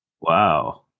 Wow